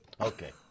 Okay